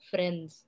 Friends